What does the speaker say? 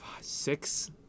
six